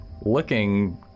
looking